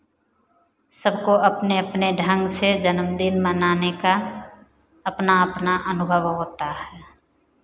सबको अपने अपने ढंग से जन्मदिन मनाने का अपना अपना अनुभव होता है